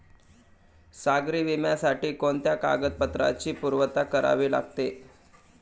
सागरी विम्यासाठी कोणत्या कागदपत्रांची पूर्तता करावी लागते?